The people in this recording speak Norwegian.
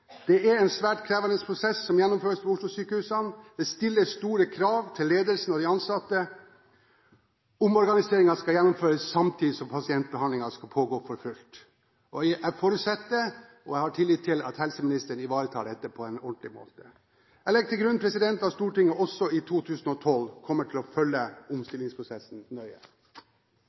er det en svært krevende prosess som gjennomføres ved Oslo-sykehusene, det stilles store krav til ledelsen og de ansatte. Omorganiseringen skal gjennomføres samtidig som pasientbehandlingen skal pågå for fullt. Jeg forutsetter – og jeg har tillit til – at helseministeren ivaretar dette på en ordentlig måte. Jeg legger til grunn at Stortinget også i 2012 kommer til å følge omstillingsprosessen nøye.